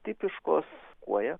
tipiškos kuoja